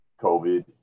COVID